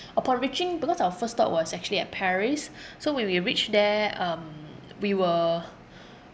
upon reaching because our first stop was actually at paris so when we reached there um we were